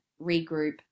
regroup